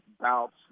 bouts